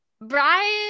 Brian